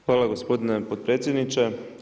Hvala gospodine potpredsjedniče.